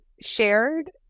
shared